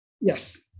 Yes